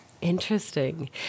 Interesting